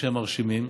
ברוך השם, מרשימים.